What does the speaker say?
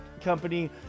company